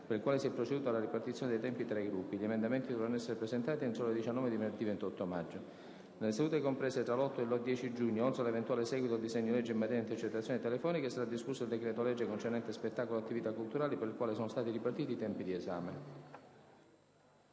per il quale si è proceduto alla ripartizione dei tempi tra i Gruppi. Gli emendamenti dovranno essere presentati entro le ore 19 di venerdì 28 maggio. Nelle sedute comprese tra l'8 e il 10 giugno, oltre all'eventuale seguito del disegno di legge in materia di intercettazioni telefoniche, sarà discusso il decreto-legge concernente spettacolo e attività culturali, per il quale sono stati ripartiti i tempi di esame.